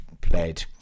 played